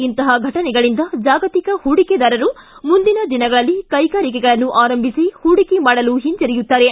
ಇಂತಹ ಫಟನೆಗಳಿಂದ ಜಾಗತಿಕ ಹೂಡಿಕೆದಾರರು ಮುಂದಿನ ದಿನಗಳಲ್ಲಿ ಕೈಗಾರಿಕೆಗಳನ್ನು ಆರಂಭಿಸಿ ಹೂಡಿಕೆ ಮಾಡಲು ಹಿಂಜರಿಯುತ್ತಾರೆ